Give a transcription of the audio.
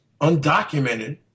undocumented